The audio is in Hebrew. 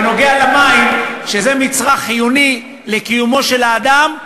בנוגע למים, שזה מצרך חיוני לקיומו של האדם,